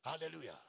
Hallelujah